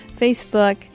Facebook